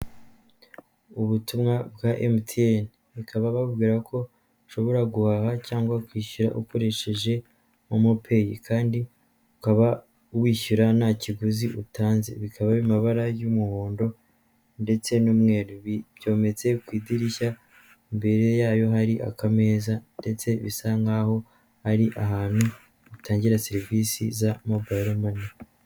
Ubutumwa bwa MTN bakaba bababwira ko ushobora guhaha cyangwa kwishyura ukoresheje MomoPay, kandi ukaba wishyura nta kiguzi utanze, bikaba biri mu mabara y'umuhondo ndetse n'umweru, byometse ku idirishya imbere yayo hari akameza ndetse bisa nkaho ari ahantu batangira serivisi za Mobile Money.